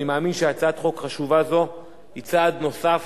אני מאמין שהצעת חוק חשובה זאת היא צעד נוסף